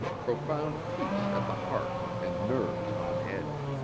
profound peace at the heart, and nerves on edge.